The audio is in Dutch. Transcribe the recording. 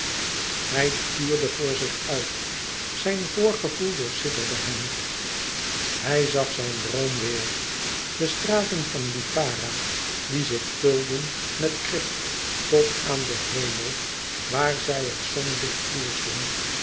hij tuurde voor zich uit zijn voorgevoel doorsidderde hem hij zag zijn droom weêr de straten van lipara die zich vulden met krip tot aan den hemel waar zij het zonlicht